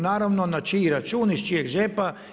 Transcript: Naravno, na čiji račun i iz čijeg džepa?